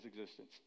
existence